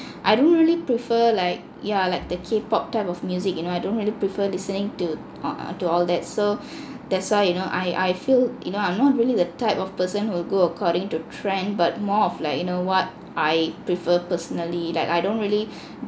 I don't really prefer like yeah like the kpop type of music you know I don't really prefer listening to uh to all that so that's why you know I I feel you know I'm not really the type of person who will go according to trend but more of like you know what I prefer personally like I don't really